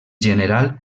general